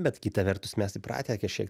bet kita vertus mes įpratę kažkiek